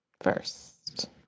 first